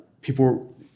people